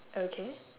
okay